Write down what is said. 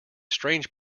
strange